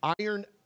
iron